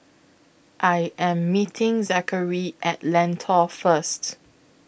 I Am meeting Zackery At Lentor First